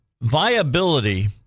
Viability